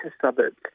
suburbs